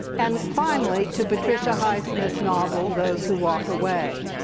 and finally to patricia highsmith's novel those who walk away.